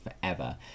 forever